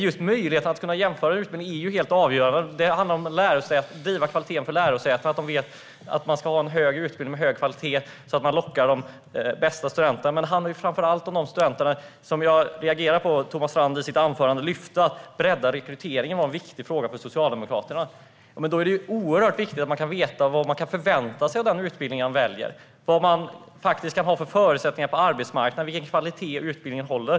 Just möjligheten att jämföra utbildning är helt avgörande. Det handlar om att driva kvaliteten för lärosäten och att de vet att de ska ha en högre utbildning med hög kvalitet så att de lockar de bästa studenterna. Det handlar framför allt om de studenter som jag reagerar på att Thomas Strand lyfte fram i sitt anförande när det gäller att bredda rekryteringen och att det är en viktig fråga för Socialdemokraterna. Då är det oerhört viktigt att man kan veta vad man kan förvänta sig av den utbildning man väljer, vad man kan ha för förutsättningar på arbetsmarknaden och vilken kvalitet utbildningen håller.